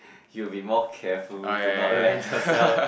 you will be more careful to not land yourself